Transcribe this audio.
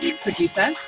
producer